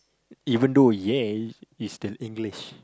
even though yeah is still English